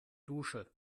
dusche